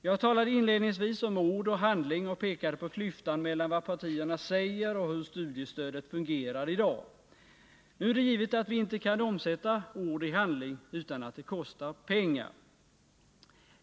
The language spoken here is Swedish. Jag talade inledningsvis om ord och handling och pekade på klyftan mellan vad partierna säger och hur studiestödet i dag fungerar. Nu är det givet att vi inte kan omsätta ord i handling utan att det kostar pengar.